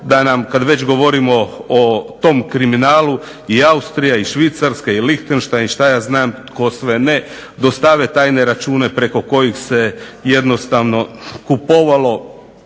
da nam, kad već govorimo o tom kriminalu, i Austrija i Švicarska i Lihtenštajn i što ja znam tko sve ne, dostave tajne račune preko kojih se jednostavno kupovalo